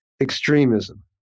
extremism